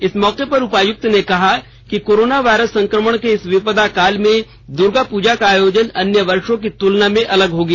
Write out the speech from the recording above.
इस मौके पर उपायुक्त ने कहा कि कोरोना वायरस संक्रमण के इस विपदा काल में दर्गा पूजा का आयोजन अन्य वर्षो की तुलना में अलग होगा